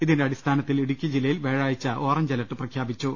ഇതിന്റെ അടിസ്ഥാനത്തിൽ ഇടുക്കി ജില്ല യിൽ വ്യാഴാഴ്ച ഓറഞ്ച് അലർട്ട് പ്രഖ്യാപിച്ചു